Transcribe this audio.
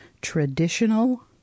traditional